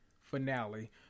finale